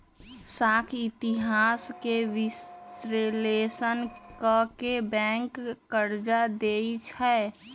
साख इतिहास के विश्लेषण क के बैंक कर्जा देँई छै